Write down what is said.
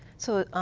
so,